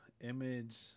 image